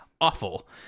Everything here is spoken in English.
awful